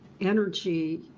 energy